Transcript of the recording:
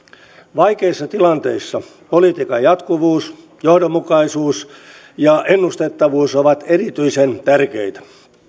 vaikeissa tilanteissa politiikan jatkuvuus johdonmukaisuus ja ennustettavuus ovat erityisen tärkeitä